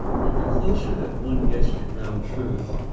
but the closer that one gets to ground truth,